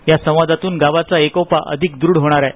या संवादातून गावचा एकोपा अधिक दृढ होणारआहे